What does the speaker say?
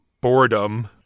boredom